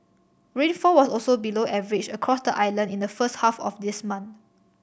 rainfall was also below average across the island in the first half of this month